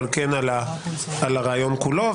אבל כן על הרעיון כולו,